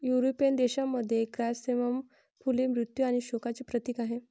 European देशांमध्ये, chrysanthemum फुले मृत्यू आणि शोकांचे प्रतीक आहेत